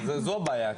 זאת הבעיה.